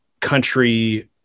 country